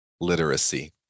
literacy